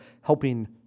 helping